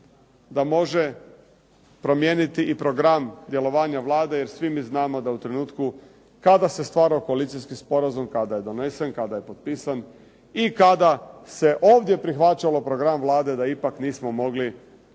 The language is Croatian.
da može promijeniti i program djelovanja Vlade jer svi mi znamo da u trenutku kada se stvarao koalicijski sporazum, kada je donesen, kada je potpisan i kada se ovdje prihvaćalo program Vlade da ipak nismo mogli